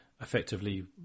effectively